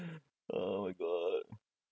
oh my god